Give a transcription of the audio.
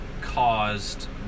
caused